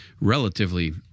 relatively